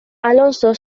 alonso